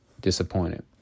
disappointed